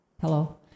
hello